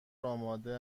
آماده